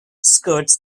skirts